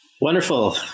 Wonderful